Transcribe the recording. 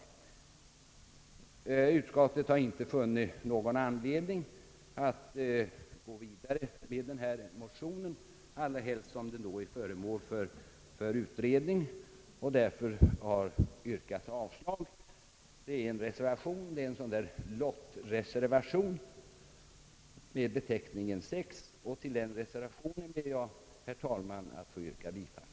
Utskottet har inte funnit någon anledning att gå vidare med den här motionen, allrahelst som den är föremål för utredning, och har därför yrkat avslag. Det föreligger en lottreservation med beteckningen 6. Till den reservationen ber jag, herr talman, att få yrka bifall.